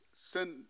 send